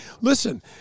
listen